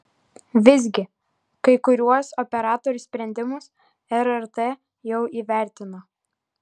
visgi kai kuriuos operatorių sprendimus rrt jau įvertino